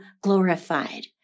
glorified